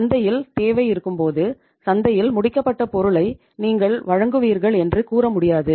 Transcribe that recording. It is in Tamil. சந்தையில் தேவை இருக்கும்போது சந்தையில் முடிக்கப்பட்ட பொருளை நீங்கள் வழங்குவீர்கள் என்று கூற முடியாது